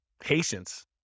Patience